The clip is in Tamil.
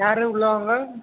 யார் உள்ளே வாங்க